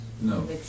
No